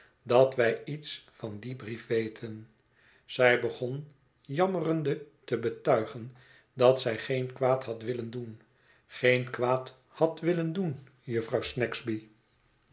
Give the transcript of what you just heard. dat wij iets van dien brief weten zij begon jammerende te betuigen dat zij geen kwaad had willen doen geen kwaad had willen doen jufvrouw snagsby